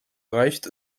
reicht